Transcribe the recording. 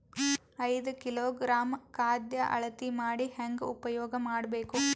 ಐದು ಕಿಲೋಗ್ರಾಂ ಖಾದ್ಯ ಅಳತಿ ಮಾಡಿ ಹೇಂಗ ಉಪಯೋಗ ಮಾಡಬೇಕು?